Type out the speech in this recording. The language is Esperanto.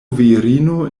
virino